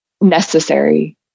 necessary